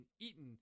eaten